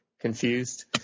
confused